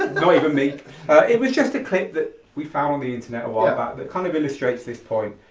ah so even me, it was just a clip that we found on the internet a while back that kind of illustrates this point.